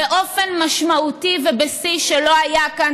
באופן משמעותי ובשיא שלא היה כאן,